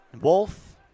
Wolf